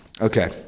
Okay